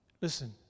Listen